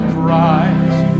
Christ